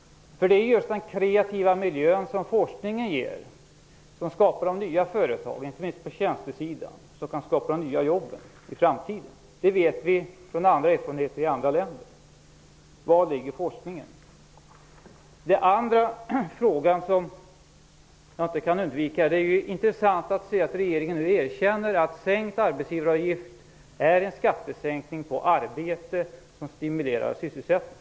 Det är just den kreativa miljö som forskningen ger som skapar de nya företagen, inte minst på tjänstesidan där de nya jobben i framtiden kan skapas. Det vet vi utifrån erfarenheter från andra länder. Var ligger alltså forskningen? En andra fråga som inte kan undvikas gäller följande. Det är intressant att regeringen nu erkänner att sänkt arbetsgivaravgift är en skattesänkning på arbete som stimulerar sysselsättning.